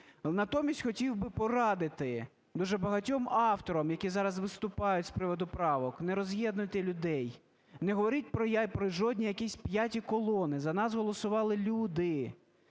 Натомість хотів би порадити дуже багатьом авторам, які зараз виступають з приводу правок: не роз'єднуйте людей, не говоріть про жодні якісь "п'яті колони", за нас голосували люди.